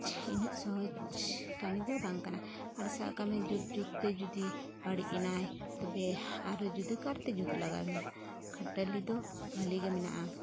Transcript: ᱤᱱᱟᱹᱜ ᱥᱚᱦᱚᱡᱽ ᱠᱟᱹᱢᱤ ᱫᱚ ᱵᱟᱝ ᱠᱟᱱᱟ ᱟᱨ ᱥᱟᱵ ᱠᱟᱜ ᱢᱮ ᱡᱩᱛ ᱡᱩᱛ ᱛᱮ ᱡᱩᱫᱤ ᱵᱟᱹᱲᱤᱡ ᱮᱱᱟᱭ ᱛᱚᱵᱮ ᱟᱨᱚ ᱡᱩᱫᱟᱹ ᱠᱟᱨᱛᱮ ᱡᱩᱛ ᱞᱟᱜᱟᱣᱤᱧᱟᱹ ᱠᱷᱟᱹᱴᱟᱹᱞᱤ ᱫᱚ ᱵᱷᱟᱹᱞᱤᱜᱮ ᱢᱮᱱᱟᱜᱼᱟ